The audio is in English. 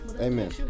Amen